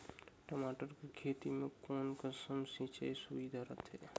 टमाटर कर खेती म कोन कस सिंचाई सुघ्घर रथे?